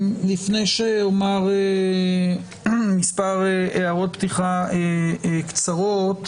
לפני שאומר מספק הערות פתיחה קצרות,